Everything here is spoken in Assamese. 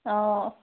অঁ